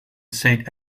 saint